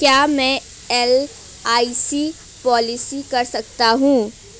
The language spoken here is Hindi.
क्या मैं एल.आई.सी पॉलिसी कर सकता हूं?